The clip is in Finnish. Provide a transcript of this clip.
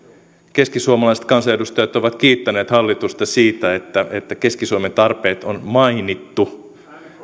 keskisuomalaiset kansanedustajat ovat kiittäneet hallitusta siitä että keski suomeen tarpeet on mainittu